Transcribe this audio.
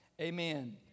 Amen